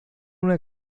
una